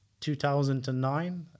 2009